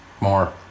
more